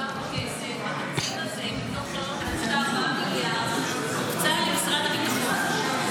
כמה כסף בתקציב הזה מתוך 3.4 מיליארד הוקצה למשרד הביטחון?